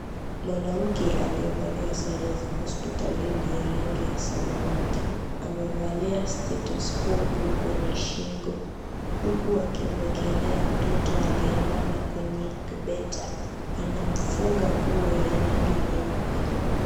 Mwanamke aliyevalia sare za hospitalini ya rangi ya samawati, amevalia stetheskopu kwenye shingo, huku akiekelea mtoto aliyelala kwenye bebeta. Anamfunga nguo ya rangi nyeupe.